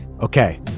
Okay